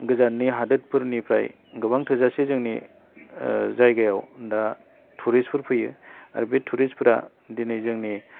गोजाननि हादोरफोरनिफ्राय गोबां थोजासे जोंनि जायगायाव दा टुरिस्टफोर फैयो आरो बे टुरिस्टफोरा दिनै जोंनि